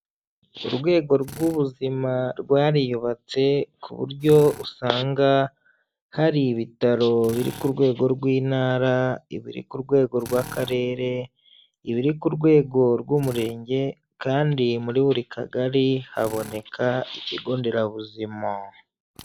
Urwego rw'ubuzima rwariyubatse ku buryo usanga hari ibitaro biri ku rwego rw'Intara, ibiri ku rwego rw'Akarere, ibiri ku rwego rw'Umurenge kandi muri buri kagari haboneka ikigo nderabuzima.